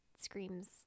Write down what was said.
screams